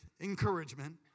encouragement